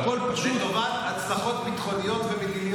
הכול לטובת הצלחות ביטחוניות ומדיניות.